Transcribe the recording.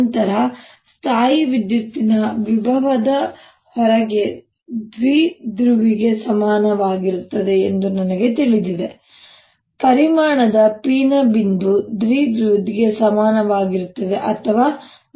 ನಂತರ ಸ್ಥಾಯೀವಿದ್ಯುತ್ತಿನ ವಿಭವದ ಹೊರಗೆ ದ್ವಿಧ್ರುವಿಗೆ ಸಮನಾಗಿರುತ್ತದೆ ಎಂದು ನನಗೆ ತಿಳಿದಿದೆ ಪರಿಮಾಣದ P ನ ಬಿಂದು ದ್ವಿಧ್ರುವಿ ಸಮಾನವಾಗಿರುತ್ತದೆ ಅಥವಾ p4π3R3Px ಆಗಿರುತ್ತದೆ